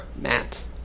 Matt